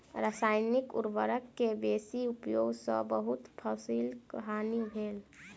रसायनिक उर्वरक के बेसी उपयोग सॅ बहुत फसीलक हानि भेल